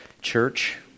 church